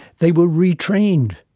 they were retrained.